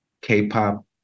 k-pop